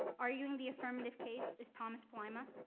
arguing the affirmative case is thomas palaima.